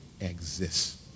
exists